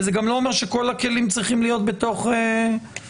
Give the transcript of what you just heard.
וזה גם לא אומר שכל הכלים צריכים להיות בתוך החוק,